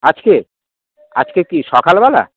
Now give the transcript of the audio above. আজকে আজকে কি সকালবেলা